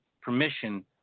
permission